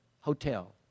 hotel